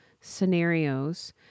scenarios